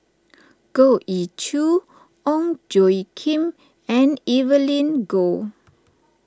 Goh Ee Choo Ong Tjoe Kim and Evelyn Goh